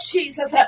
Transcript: Jesus